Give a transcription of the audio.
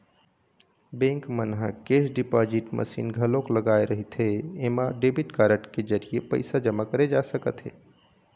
bank मन ह cash deposit machine घलोक लगाए रहिथे एमा डेबिट कारड के जरिए पइसा जमा करे जा सकत हे